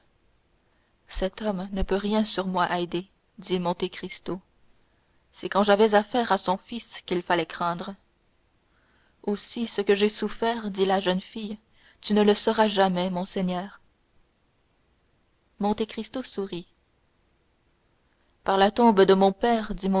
cet homme ne peut rien sur moi haydée dit monte cristo c'est quand j'avais affaire à son fils qu'il fallait craindre aussi ce que j'ai souffert dit la jeune fille tu ne le sauras jamais mon seigneur monte cristo sourit par la tombe de mon père